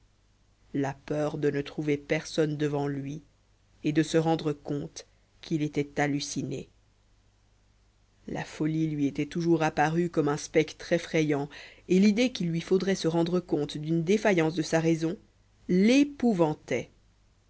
la peur de ne trouver personne devant lui et de se rendre compte qu'il était halluciné la folie lui était toujours apparue comme un spectre effrayant et l'idée qu'il lui faudrait se rendre compte d'une défaillance de sa raison l'épouvantait